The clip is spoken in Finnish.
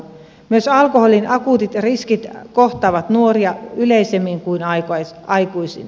myös alkoholin akuutit riskit kohtaavat nuoria yleisemmin kuin aikuisia